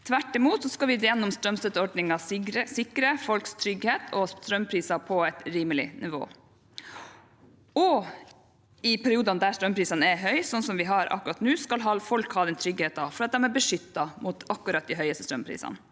Tvert imot skal vi gjennom strømstøtteordningen sikre folks trygghet og strømpriser på et rimelig nivå. I de periodene strømprisene er høye – sånn som vi har det akkurat nå – skal folk ha trygghet for at de er beskyttet mot de høyeste strømprisene.